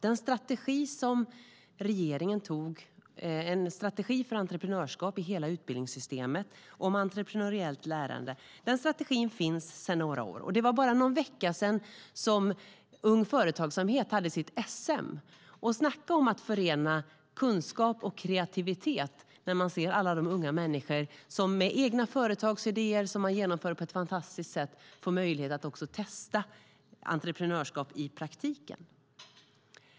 Sedan några år finns en strategi för entreprenörskap i hela utbildningssystemet och för entreprenöriellt lärande. Det var bara någon vecka sedan Ung Företagsamhet hade sitt SM. Snacka om att förena kunskap och kreativitet när man ser alla de unga människor som med egna företagsidéer, som de genomför på ett fantastiskt sätt, får möjlighet att testa entreprenörskap i praktiken!